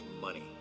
money